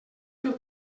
pel